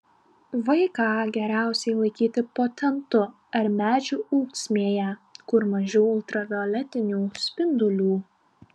vaiką geriausiai laikyti po tentu ar medžių ūksmėje kur mažiau ultravioletinių spindulių